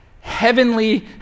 heavenly